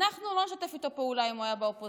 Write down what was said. אנחנו לא נשתף איתו פעולה אם הוא היה באופוזיציה.